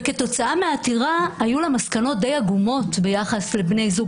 וכתוצאה מהעתירה היו לה מסקנות די עגומות ביחס לבני זוג